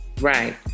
Right